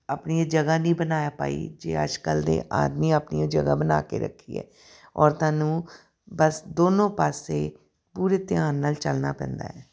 ਆਪਣੀ ਜਗ੍ਹਾ ਨਹੀਂ ਬਣਾ ਪਾਈ ਜੇ ਅੱਜ ਕੱਲ੍ਹ ਦੇ ਆਦਮੀ ਆਪਣੀਆਂ ਜਗ੍ਹਾ ਬਣਾ ਕੇ ਰੱਖੀ ਹੈ ਔਰਤਾਂ ਨੂੰ ਬਸ ਦੋਨੋਂ ਪਾਸੇ ਪੂਰੇ ਧਿਆਨ ਨਾਲ ਚੱਲਣਾ ਪੈਂਦਾ